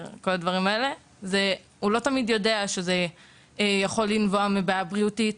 ועודף משקל והיא יכולה גם לנבוע מבעיה בריאותית